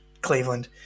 Cleveland